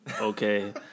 Okay